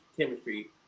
chemistry